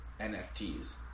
nfts